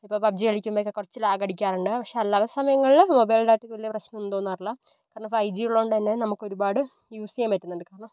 അപ്പോൾ പബ്ജി കളിക്കുമ്പോൾ ഒക്കെ കുറച്ച് ലാഗടിക്കാറുണ്ട് പക്ഷെ അല്ലാത്ത സമയങ്ങളില് മൊബൈല് ഡാറ്റ വലിയ പ്രശ്നങ്ങളൊന്നും തോന്നാറില്ല കാരണം ഫൈജി ഉള്ളോണ്ട് തന്നെ നമുക്ക് ഒരുപാട് യൂസ് ചെയ്യാൻ പറ്റുന്നുണ്ട് കാരണം